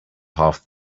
half